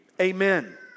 Amen